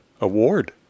award